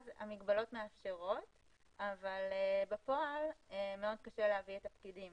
אז המגבלות מאפשרות אבל בפועל מאוד קשה להביא את הפקידים